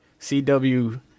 cw